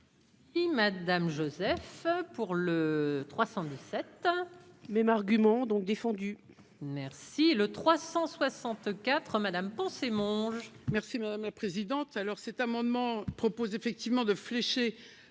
Y'madame Joseph pour le 317. Même argument donc défendu. Merci le 364 madame Monge. Merci madame la présidente, alors cet amendement propose effectivement de flécher